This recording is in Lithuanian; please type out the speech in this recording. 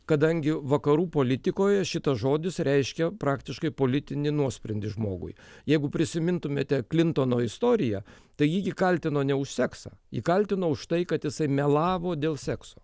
kadangi vakarų politikoje šitas žodis reiškia praktiškai politinį nuosprendį žmogui jeigu prisimintumėte klintono istoriją tai jį gi kaltino ne už seksą jį kaltino už tai kad jisai melavo dėl sekso